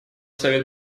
совет